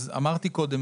אמרתי קודם,